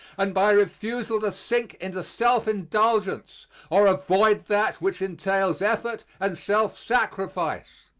and by refusal to sink into self-indulgence or avoid that which entails effort and self-sacrifice.